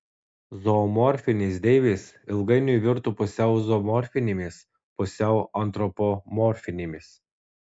zoomorfinės deivės ilgainiui virto pusiau zoomorfinėmis pusiau antropomorfinėmis